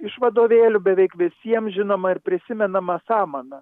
iš vadovėlių beveik visiems žinoma ir prisimenama samana